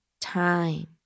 time